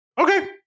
okay